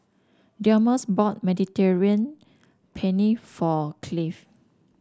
Delmus bought Mediterranean Penne for Cleave